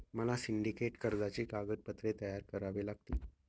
मला सिंडिकेट कर्जाची कागदपत्रे तयार करावी लागतील